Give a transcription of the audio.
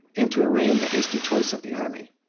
and to arraign the nasty choice of the army.